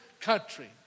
country